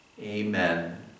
Amen